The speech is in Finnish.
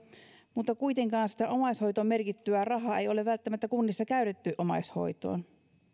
mutta kuitenkaan sitä omaishoitoon merkittyä rahaa ei ole välttämättä kunnissa käytetty omaishoitoon